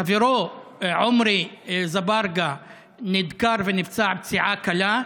חברו עומרי אזברגה נדקר ונפצע פציעה קלה.